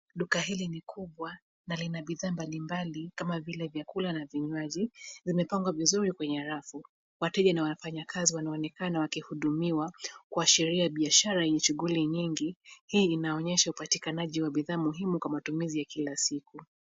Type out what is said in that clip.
Duka hili ni kubwa na lina bidhaa mbali mbali, kama vile vyakula na vinywaji, vimepangwa vizuri kwenye rafu. Wateja na wafanyakazi wanaonekana wakihudhumiwa ,kuashiria biashara yenye shughuli nyingi ,hii inaonyesha upatikanaji wa bidhaa muhimu kama matumizi ya Kila siku.